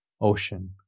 ocean